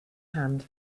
hand